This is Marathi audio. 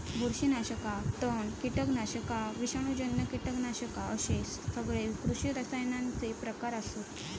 बुरशीनाशका, तण, कीटकनाशका, विषाणूजन्य कीटकनाशका अश्ये सगळे कृषी रसायनांचे प्रकार आसत